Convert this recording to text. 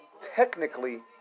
Technically